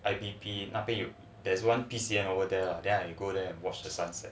ivp 那边有 there is one P_C over there ah then I go there and watch the sunset